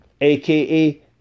aka